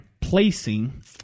placing